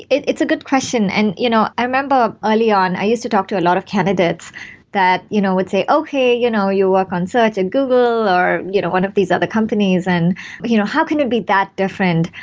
it's a good question. and you know i remember early on, i used to talk to a lot of candidates that you know would say, okay, you know you work on search at google, or one of these other companies, and but you know how can it be that different?